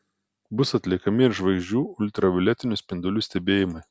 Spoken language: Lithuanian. bus atliekami ir žvaigždžių ultravioletinių spindulių stebėjimai